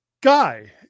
guy